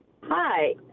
Hi